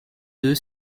deux